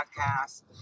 podcast